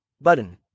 Button